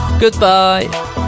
goodbye